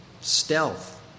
stealth